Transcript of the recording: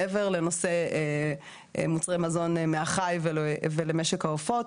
מעבר לנושא מוצרי מזון מהחי ולמשק העופות,